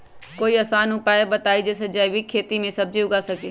कोई आसान उपाय बताइ जे से जैविक खेती में सब्जी उगा सकीं?